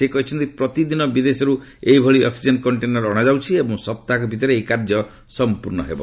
ସେ କହିଛନ୍ତି ପ୍ରତିଦିନ ବିଦେଶୀରୁ ଏହିଭଳି ଅକ୍ଟିଜେନ କଣ୍ଟେନର ଅଣାଯାଉଛି ଏବଂ ସପ୍ତାହକ ଭିତରେ ଏହି କାର୍ଯ୍ୟ ସମ୍ପର୍ଣ୍ଣ କରାଯିବ